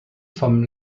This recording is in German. vom